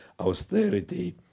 austerity